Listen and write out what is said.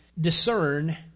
discern